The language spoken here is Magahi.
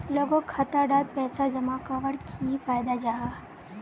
लोगोक खाता डात पैसा जमा कवर की फायदा जाहा?